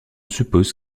suppose